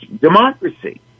democracy